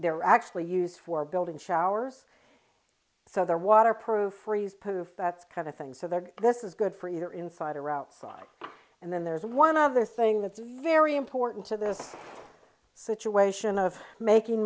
there are actually used for building showers so they're waterproof freeze proof that kind of thing so they're this is good for either inside or outside and then there's one other thing that's very important to this situation of making